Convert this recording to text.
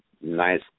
nice